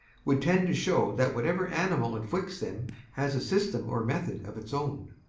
would tend to show that whatever animal inflicts them has a system or method of its own.